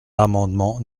l’amendement